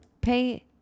Pay